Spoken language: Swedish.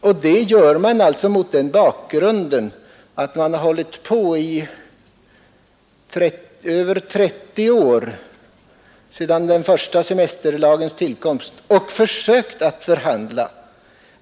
Detta yrkande gör man alltså mot bakgrunden att parterna på arbetsmarknaden har hållit på i över 30 år — sedan den första semesterlagens tillkomst — och försökt förhandla.